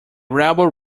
rebel